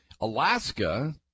Alaska